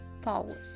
forward